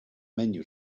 menu